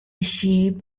sheep